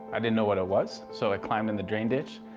i didn't know what it was so i climbed in the drain ditch.